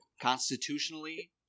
Constitutionally